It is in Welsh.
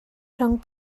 rhwng